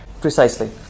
Precisely